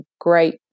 great